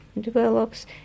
develops